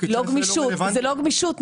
לא גמישות.